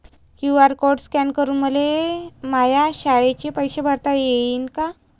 QR code scan करून मले माया शाळेचे पैसे भरता येईन का?